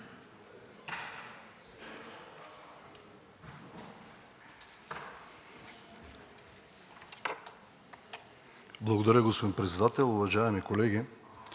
Благодаря, господин Председател. Уважаеми колеги!